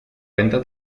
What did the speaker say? venta